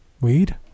weed